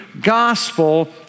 gospel